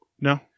No